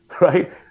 right